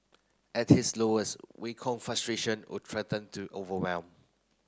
at his lowest Wei Kong frustration would threaten to overwhelm